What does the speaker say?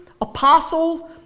apostle